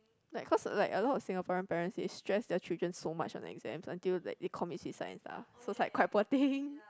like cause like a lot of Singaporean parents they stress their children so much on exams until like they commit suicide and stuff so it's like quite poor thing